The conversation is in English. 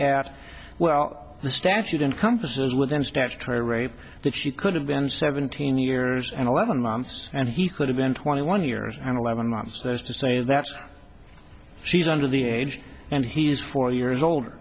at well the statute encompasses within statutory rape that she could have been seventeen years and eleven months and he could have been twenty one years and eleven months there is to say that she's under the age and he's four years old